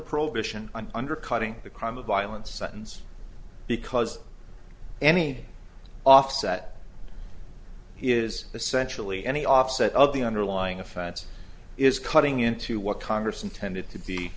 prohibition on undercutting the crime of violence sentence because any offset is essentially any offset of the underlying offense is cutting into what congress intended to be